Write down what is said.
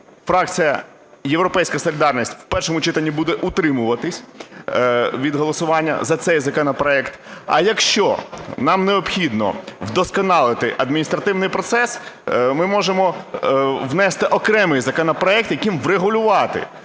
фракція "Європейська солідарність" в першому читанні буде утримуватися від голосування за цей законопроект. А якщо нам необхідно вдосконалити адміністративний процес, ми можемо внести окремий законопроект, яким врегулювати